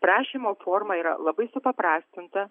prašymo forma yra labai supaprastinta